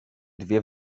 dwie